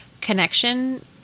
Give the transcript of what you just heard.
connection